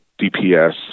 DPS